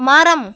மரம்